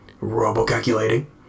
robo-calculating